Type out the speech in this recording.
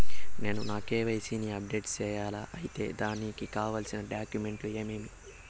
నేను నా కె.వై.సి ని అప్డేట్ సేయాలా? అయితే దానికి కావాల్సిన డాక్యుమెంట్లు ఏమేమీ?